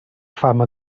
fama